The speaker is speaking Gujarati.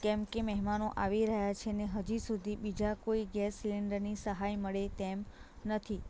કેમકે મહેમાનો આવી રહ્યા છે અને હજુ સુધી બીજા કોઈ ગેસ સિલિન્ડરની સહાય મળે તેમ નથી